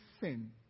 sin